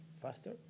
faster